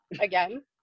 again